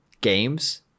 games